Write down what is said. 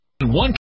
One